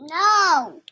No